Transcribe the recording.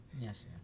Yes